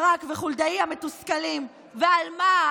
ברק וחולדאי המתוסכלים, ועל מה?